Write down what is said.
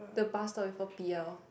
the bus stop before P_L